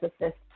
assist